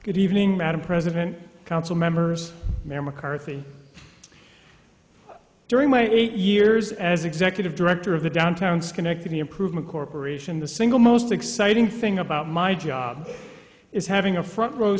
good evening madam president council members member carthy during my eight years as executive director of the downtown schenectady improvement corporation the single most exciting thing about my job is having a front row